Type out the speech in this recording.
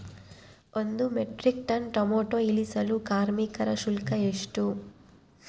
ಒಂದು metric tonne tomato ಇಳಿಸಲು ಕಾರ್ಮಿಕರ ಶುಲ್ಕ ಎಷ್ಟು?